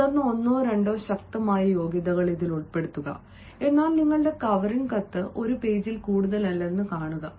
തുടർന്ന് ഒന്നോ രണ്ടോ ശക്തമായ യോഗ്യതകൾ ഉൾപ്പെടുത്തുക എന്നാൽ നിങ്ങളുടെ കവറിംഗ് കത്ത് ഒരു പേജിൽ കൂടുതലല്ലെന്ന് കാണുക